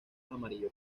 amarillo